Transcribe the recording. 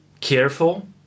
careful